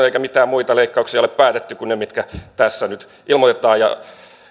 eikä mitään muita leikkauksia ole päätetty kuin ne mitkä tässä nyt